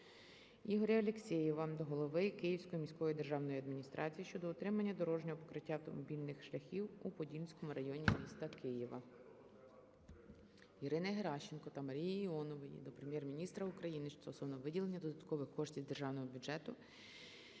Ігоря Алексєєва до голови Київської міської державної адміністрації щодо утримання дорожнього покриття автомобільних шляхів у Подільському районі міста Києва. Ірини Геращенко та Марії Іонової до Прем'єр-міністра України стосовно виділення додаткових коштів з державного бюджету